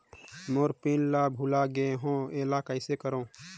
मोर pin ला भुला गे हो एला कइसे करो?